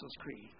Creed